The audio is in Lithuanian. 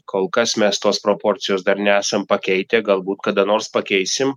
kol kas mes tos proporcijos dar nesam pakeitę galbūt kada nors pakeisim